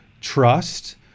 trust